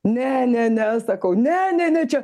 ne ne ne sakau ne ne ne čia